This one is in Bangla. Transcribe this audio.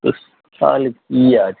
তো তাহলে কি আছে